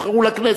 נבחרו לכנסת,